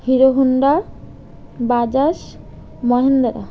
hero Honda Bajaj Mahindra